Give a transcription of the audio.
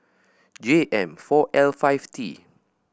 J M four L five T